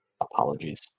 Apologies